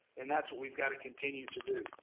and that's what we've got to continue to do.